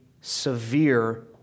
severe